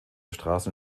straßen